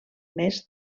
mes